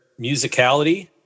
musicality